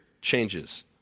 changes